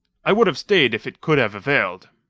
i would have stayed if it could have availed.